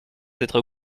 être